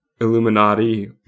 Illuminati